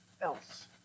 else